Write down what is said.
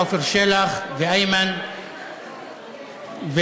עפר שלח ואיימן ודב,